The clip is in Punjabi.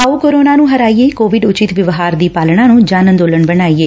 ਆਓ ਕੋਰੋਨਾ ਨੂੰ ਹਰਾਈਏ ਕੋਵਿਡ ਉਚਿਤ ਵਿਵਹਾਰ ਦੀ ਪਾਲਣਾ ਨੁੰ ਜਨ ਅੰਦੋਲਨ ਬਣਾਈਏ